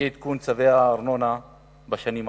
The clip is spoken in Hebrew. ובאי-עדכון צו הארנונה בשנים האחרונות.